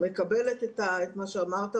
אני מקבלת את מה שאמרת.